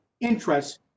Interest